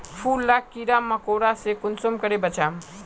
फूल लाक कीड़ा मकोड़ा से कुंसम करे बचाम?